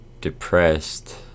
depressed